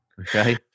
Okay